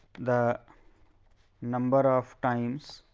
the number of times